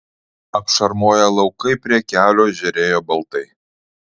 apšarmoję laukai prie kelio žėrėjo baltai